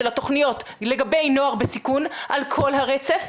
התכניות לגבי נוער בסיכון על כל הרצף,